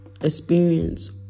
experience